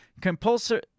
Compulsory